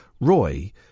Roy